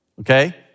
Okay